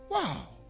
Wow